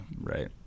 Right